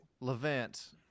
Levant